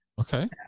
okay